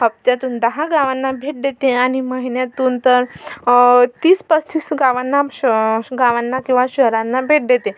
हप्त्यातून दहा गावांना भेट देते आणि महिन्यातून तर तीसपस्तीस गावांना श गावांना किंवा शहरांना भेट देते